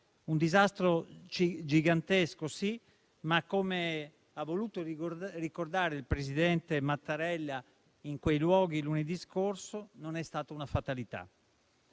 Un disastro gigantesco sì, ma - come ha voluto ricordare il presidente Mattarella in quei luoghi lunedì scorso - non è stata una fatalità;